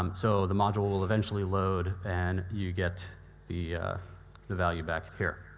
um so, the module will eventually load and you get the the value back here.